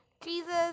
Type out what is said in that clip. Jesus